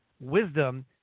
wisdom